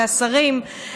והשרים,